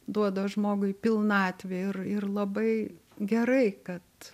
duoda žmogui pilnatvę ir ir labai gerai kad